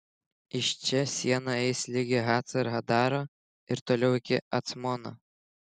iš čia siena eis ligi hacar adaro ir toliau iki acmono